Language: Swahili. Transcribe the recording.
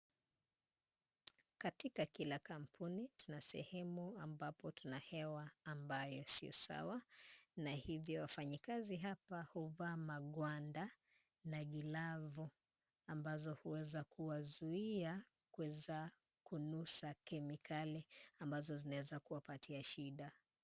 Katika Kila kampuni, tuna sehemu ambapo tuna hewa ambayo si sawa, na hivyo wafanyakazi hapa huvaa magwanda na gilavu ambazo huweza kuwazuia kuweza kunusa kemikali ambazo zinaweza kuwapatia shida.